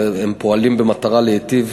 והם פועלים במטרה להיטיב